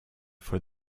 for